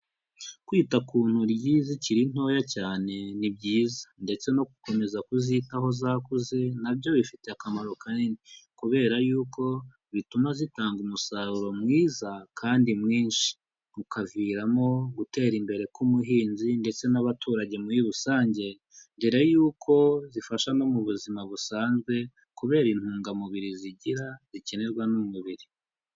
Kwita ku ntoryi zikiri ntoya cyane ni byiza ndetse no gukomeza kuzitaho zakuze na byo bifite akamaro kanini, kubera yuko bituma zitanga umusaruro mwiza kandi mwinshi, ukaviramo gutera imbere k'ubuhinzi ndetse n'abaturage muri rusange, dore y'uko zifasha no mu buzima busanzwe kubera intungamubiri zigira zikenerwa n'umubiri.